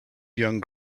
young